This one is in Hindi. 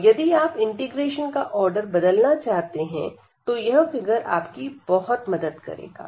और यदि आप इंटीग्रेशन का आर्डर बदलना चाहते हैं तो यह फिगर आपकी बहुत मदद करेगा